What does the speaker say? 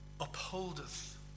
upholdeth